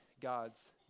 God's